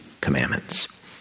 commandments